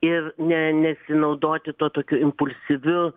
ir ne nesinaudoti tuo tokiu impulsyviu